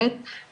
חיפשתי את השקף.